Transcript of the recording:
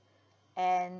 and